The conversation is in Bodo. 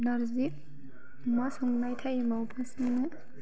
नारजि अमा संनाय टाइमाव फार्स्तनिया